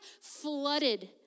flooded